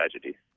tragedy